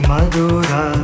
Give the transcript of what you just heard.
Madura